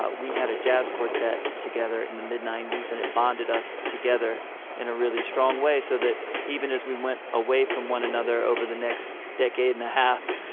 ah we had a jazz quartet together in the mid-nineties and it bonded us together in a really strong way so that even as we went away from one another over the next decade and a half,